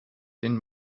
den